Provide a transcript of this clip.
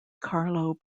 carlos